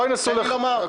תן לי לומר.